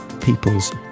people's